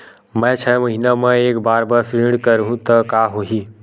मैं छै महीना म एक बार बस ऋण करहु त का होही?